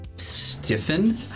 Stiffen